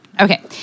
Okay